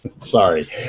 Sorry